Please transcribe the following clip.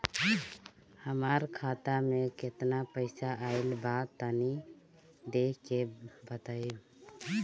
हमार खाता मे केतना पईसा आइल बा तनि देख के बतईब?